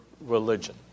religion